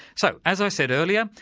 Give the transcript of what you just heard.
so, as i said earlier,